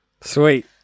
Sweet